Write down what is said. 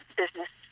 business